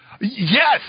Yes